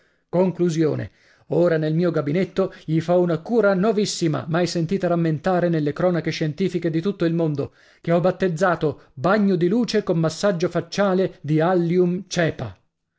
conclusione ora nel mio gabinetto gli fo una cura novissima mai sentita rammentare nelle cronache scientifiche di tutto il mondo che ho battezzato bagno di luce con massaggio faciale di allium cepa